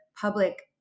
public